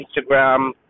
Instagram